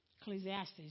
Ecclesiastes